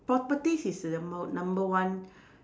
properties is the mo~ number one